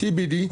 CBD ,